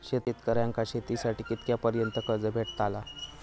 शेतकऱ्यांका शेतीसाठी कितक्या पर्यंत कर्ज भेटताला?